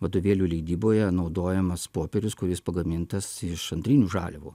vadovėlių leidyboje naudojamas popierius kuris pagamintas iš antrinių žaliavų